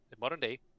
modern-day